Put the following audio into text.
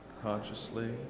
consciously